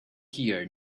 here